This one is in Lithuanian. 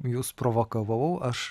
jus provokavau aš